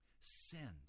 send